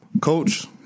Coach